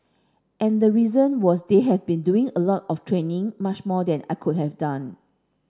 and the reason was they had been doing a lot of training much more than I could have done